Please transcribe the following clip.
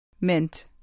Mint